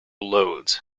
loads